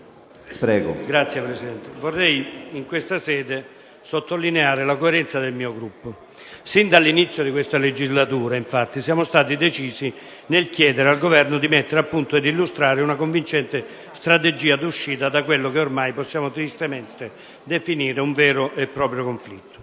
Signor Presidente, in questa sede vorrei sottolineare la coerenza del mio Gruppo. Sin dall'inizio di questa legislatura, infatti, siamo stati decisi nel chiedere al Governo di mettere a punto ed illustrare una convincente strategia d'uscita da quello che ormai possiamo tristemente definire un vero e proprio conflitto.